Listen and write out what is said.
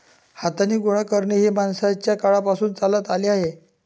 हाताने गोळा करणे हे माणसाच्या काळापासून चालत आले आहे